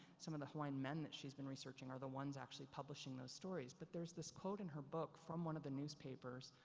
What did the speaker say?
some of the hawaiian men that she's been researching are the ones actually publishing those stories. but there's this quote in her book from one of the newspapers.